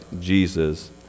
Jesus